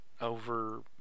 over